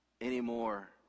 anymore